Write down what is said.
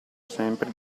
sempre